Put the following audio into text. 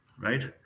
right